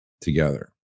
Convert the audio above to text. together